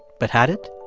but had it?